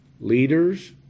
Leaders